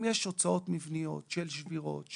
שאם יש הוצאות מבניות של שבירות,